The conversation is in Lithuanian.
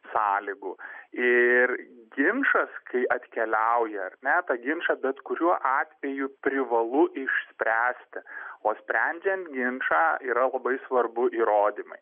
sąlygų ir ginčas kai atkeliauja ar ne tą ginčą bet kuriuo atveju privalu išspręsti o sprendžiant ginčą yra labai svarbu įrodymai